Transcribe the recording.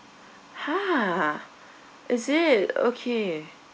!huh! is it okay